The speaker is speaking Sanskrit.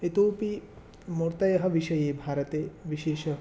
इतोऽपि मूर्तयः विषये भारते विशेष